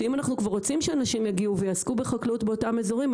שאם אנחנו כבר רוצים שאנשים יגיעו ויעסקו בחקלאות באותם אזורים,